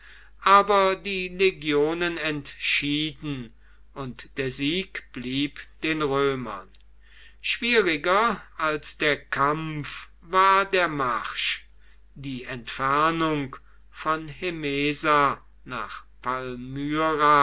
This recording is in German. aber die legionen entschieden und der sieg blieb den römern schwieriger als der kampf war der marsch die entfernung von hemesa nach